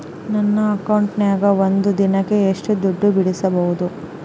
ನನ್ನ ಅಕೌಂಟಿನ್ಯಾಗ ಒಂದು ದಿನಕ್ಕ ಎಷ್ಟು ದುಡ್ಡು ಬಿಡಿಸಬಹುದು?